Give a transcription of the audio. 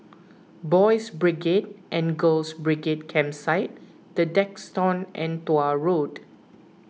Boys' Brigade and Girls' Brigade Campsite the Duxton and Tuah Road